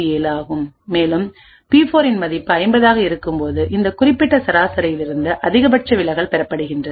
57 ஆகும் மேலும் பி4 இன் மதிப்பு 50 ஆக இருக்கும்போது இந்த குறிப்பிட்ட சராசரியிலிருந்து அதிகபட்ச விலகல் பெறப்படுகிறது